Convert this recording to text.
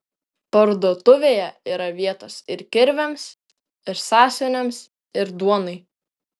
parduotuvėje yra vietos ir kirviams ir sąsiuviniams ir duonai